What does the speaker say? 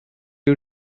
you